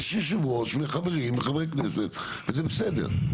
יש יושב ראש וחברים, חברי כנסת וזה בסדר.